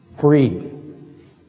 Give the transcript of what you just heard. free